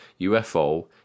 UFO